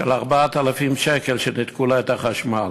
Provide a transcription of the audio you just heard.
4,000 שקל שניתקו לה את החשמל,